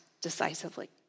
decisively